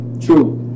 True